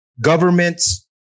governments